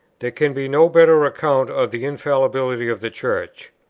there can be no better account of the infallibility of the church.